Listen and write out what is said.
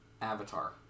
avatar